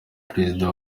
perezida